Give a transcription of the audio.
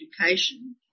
education